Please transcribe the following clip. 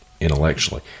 intellectually